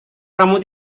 kamu